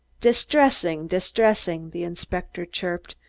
distressing, distressing, the inspector chirped,